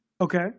Okay